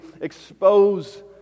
expose